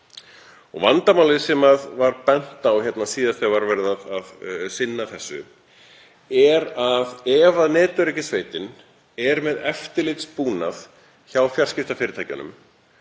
er. Vandamálið sem var bent á hérna síðast þegar var verið að sinna þessu er að ef netöryggissveitin er með eftirlitsbúnað hjá fjarskiptafyrirtækjunum